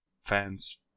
fans